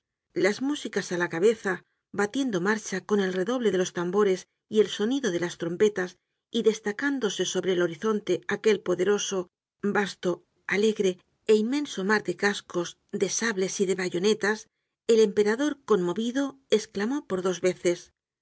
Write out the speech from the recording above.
las músicas á la cabeza batiendo marcha con el redoble de los tambores y el sonido de las trompetas y destacándose sobre el horizonte aquel poderoso vasto alegre é inmenso mar de cascos de sables y de bayonetas el emperador conmovido esclamó por dos veces